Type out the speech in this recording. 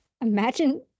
imagine